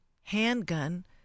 handgun